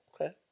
Okay